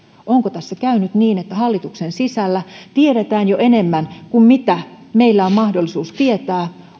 onko tässä käynyt niin että hallituksen sisällä tiedetään jo enemmän kuin meillä on mahdollisuus tietää